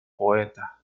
poeta